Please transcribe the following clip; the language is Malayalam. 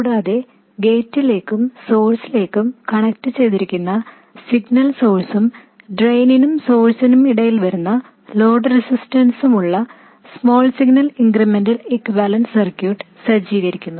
കൂടാതെ ഗേറ്റിലേക്കും സോഴ്സിലേക്കും കണക്റ്റുചെയ്തിരിക്കുന്ന സിഗ്നൽ സോഴ്സും ഡ്രെയിനിനും സോഴ്സിനും ഇടയിൽ വരുന്ന ലോഡ് റെസിസ്റ്റൻസുമുള്ള small signal incremental equivalent circuit സജ്ജീകരിക്കുന്നു